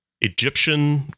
Egyptian